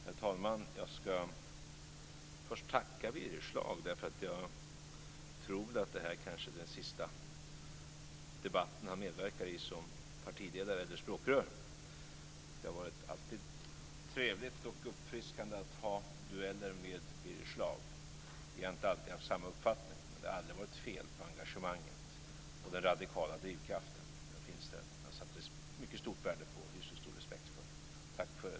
Herr talman! Jag ska först tacka Birger Schlaug, eftersom jag tror att det här är den sista debatten, som han medverkar i som partiledare eller språkrör. Det har alltid varit trevligt och uppfriskande att ha dueller med Birger Schlaug. Vi har inte alltid haft samma uppfattning, men det har aldrig varit fel på engagemanget, och den radikala drivkraften finns där. Den har jag satt mycket stort värde på och hyser stor respekt för.